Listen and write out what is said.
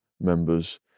members